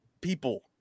people